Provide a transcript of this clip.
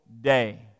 day